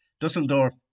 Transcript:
Dusseldorf